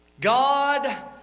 God